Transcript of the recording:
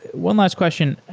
one last question.